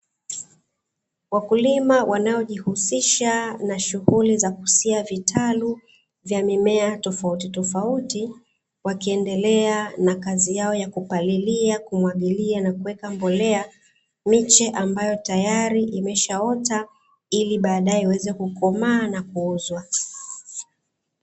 Wakulima wanaojihusisha na shughuli za kusia vitalu vya mimea tofautitofauti, wakiendele na kazi yao ya kupalilia, kumwagilia, na kuweka mbolea miche ambayo tayari imeshaota, ili baadae iweze kukomaa na kuzwa.